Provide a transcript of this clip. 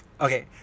okay